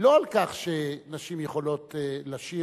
הוא לא על כך שנשים יכולות לשיר